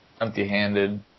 empty-handed